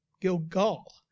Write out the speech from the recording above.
Gilgal